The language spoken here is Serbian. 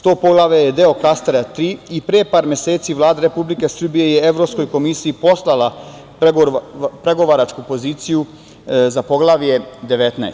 Ta Poglavlje je deo klastera 3 i pre par meseci je Vlada Republike Srbije je Evropskoj komisiji poslala pregovaračku poziciju za Poglavlje 19.